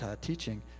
teaching